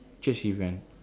church event